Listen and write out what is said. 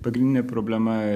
pagrindinė problema